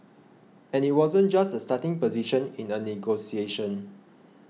and it wasn't just a starting position in a negotiation